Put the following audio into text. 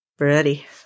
Ready